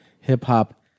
hip-hop